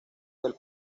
del